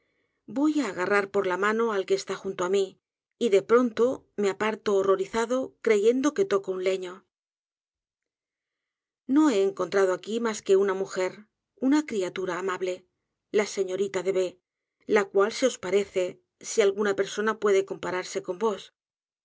voy á agarrar por la mano al que está junto á mi y de pronto me aparto horrorizado creyendo que toco un leño no he encontrado aqui mas que una mujer una criatura amable la señorita de b la cual se os pa rece si alguna persona puede compararse vos